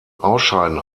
ausscheiden